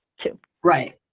too right,